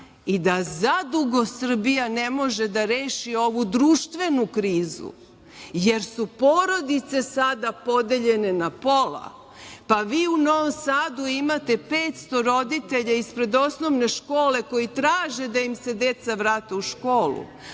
i da zadugo Srbija ne može da reši ovu društvenu krizu, jer su porodice sada podeljene na pola, pa vi u Novom Sadu imate 500 roditelja ispred osnovne škole koji traže da im se deca vrate u školu,